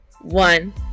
one